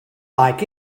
like